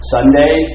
Sunday